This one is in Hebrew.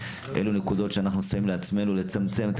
אלה נקודות שאנחנו שמים לעצמנו לצמצם את